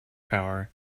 power